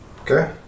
Okay